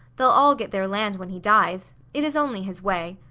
they'll all get their land when he dies. it is only his way.